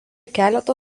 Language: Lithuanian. keletą